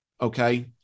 Okay